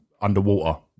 underwater